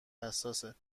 حساسه